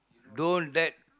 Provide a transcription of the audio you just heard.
don't let